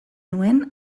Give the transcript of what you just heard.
nuen